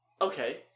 Okay